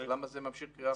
אז למה ממשיכים בקריאה חריגה?